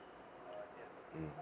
mm